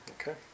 Okay